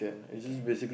you can